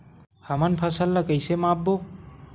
हमन फसल ला कइसे माप बो?